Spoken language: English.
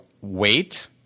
wait